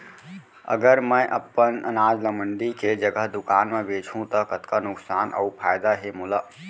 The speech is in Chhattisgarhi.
अगर मैं अपन अनाज ला मंडी के जगह दुकान म बेचहूँ त कतका नुकसान अऊ फायदा हे मोला?